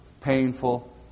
painful